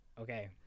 Okay